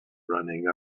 running